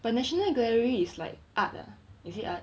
but national gallery is like art ah is it art